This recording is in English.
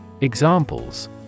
Examples